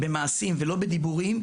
במעשים ולא בדיבורים,